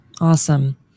Awesome